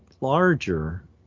larger